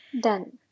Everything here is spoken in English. Done